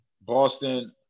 Boston